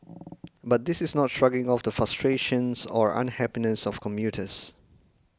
but this is not shrugging off the frustrations or unhappiness of commuters